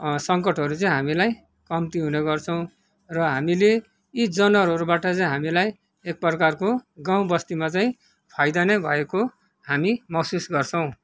सङ्कटहरू चाहिँ हामीलाई कम्ती हुने गर्छौँ र हामीले यी जनवारहरूबाट चाहिँ हामीलाई एक प्रकारको गाउँबस्तीमा चाहिँ फाइदा नै भएको हामी महसुस गर्छौँ